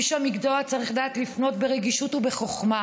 איש המקצוע צריך לדעת לפנות ברגישות ובחוכמה.